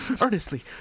Earnestly